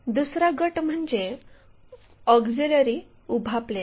दुसरा गट म्हणजे ऑक्झिलिअरी उभा प्लेन